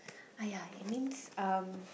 !aiya! it means um